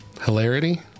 Hilarity